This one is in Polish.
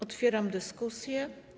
Otwieram dyskusję.